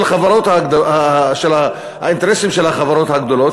של האינטרסים של החברות הגדולות,